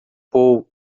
paul